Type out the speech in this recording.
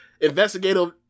investigative